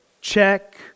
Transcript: check